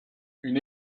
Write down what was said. une